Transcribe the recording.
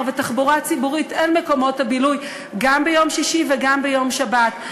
ותחבורה ציבורית אל מקומות הבילוי גם ביום שישי וגם בשבת.